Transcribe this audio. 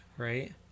Right